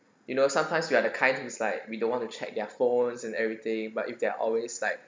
you know sometimes we are the kind who is like we don't want to check their phones and everything but if they're always like